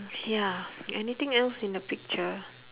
ya anything else in the picture